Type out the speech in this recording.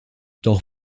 doch